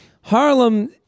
Harlem